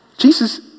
Jesus